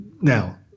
Now